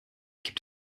gibt